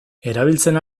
erabiltzen